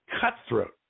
cutthroat